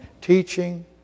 teaching